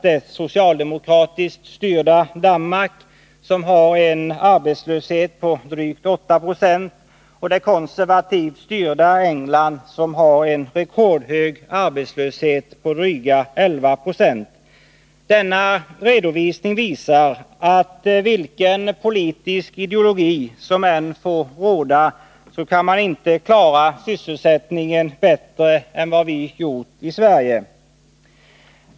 Det socialdemokratiskt styrda Danmark har exempelvis en arbetslöshet på drygt 8 26, och det konservativt styrda England har en rekordhög arbetslöshet på drygt 11 96. Detta visar att skilda länder oavsett ideologi och politik inte har klarat sysselsättningen bättre än vad vi i Sverige har gjort.